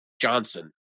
johnson